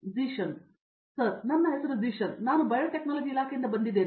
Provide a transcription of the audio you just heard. Zeeshan sir ನನ್ನ ಹೆಸರು ಝೀಶನ್ ನಾನು ಬಯೋಟೆಕ್ನಾಲಜಿ ಇಲಾಖೆಯಿಂದ ಬಂದಿದ್ದೇನೆ